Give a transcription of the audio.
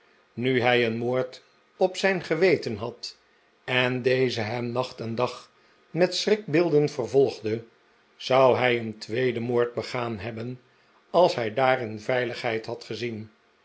nu hij een moord op zijn geweten had en deze hem nacht en dag met schrikbeelden vervolgde zou hij een tweeden moord begaan hebben als hij daarin veiligheid had gezien